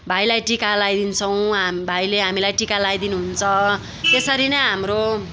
भाइलाई टिका लगाइदिन्छौँ भाइले हामीलाई टिका लगाइ दिनुहुन्छ त्यसरी नै हाम्रो